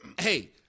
hey